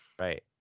Right